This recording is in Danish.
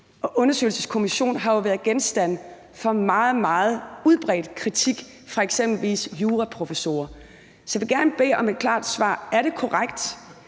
undersøgelseskommission har været genstand for meget, meget udbredt kritik fra eksempelvis juraprofessorer, så jeg vil gerne bede om et klart svar. Er det korrekt